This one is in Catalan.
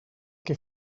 que